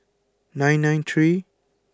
nine nine three